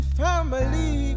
family